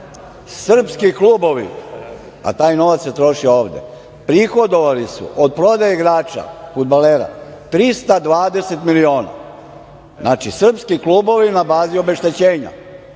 srpski klubovi, a taj novac se troši ovde, prihodovali su od prodaje igrača, fudbalera, 320 miliona. Znači, srpski klubovi na bazi obeštećenja,